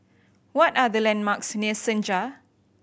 what are the landmarks near Senja